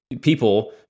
people